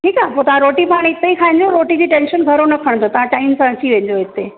ठीकु आहे पोइ तव्हां रोटी पाणी हिते ई खाईजो रोटी जी टेंशन घणो न खणिजो तव्हां टाइम सां अची वञिजो हिते